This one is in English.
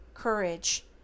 courage